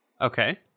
Okay